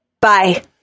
bye